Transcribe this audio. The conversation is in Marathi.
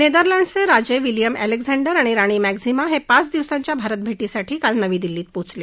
नेदरलँडसचे राजे विलियम एलेक्झांडर आणि राणी मॅक्झीमा हे पाच दिवसांच्या भारत भेटीसाठी काल नवी दिल्लीत पोचले